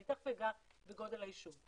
ואני תיכף אגע בגודל היישוב.